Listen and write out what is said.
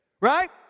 right